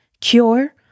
cure